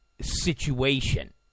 situation